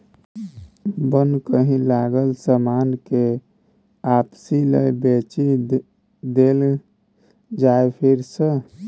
बन्हकी लागल समान केँ आपिस लए बेचि देल जाइ फेर सँ